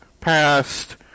passed